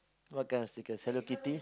what kind of stickers Hello-Kitty